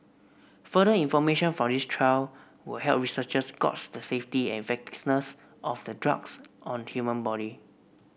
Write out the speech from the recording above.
further information from this trial will help researchers gauge the safety and effectiveness of the drugs on human body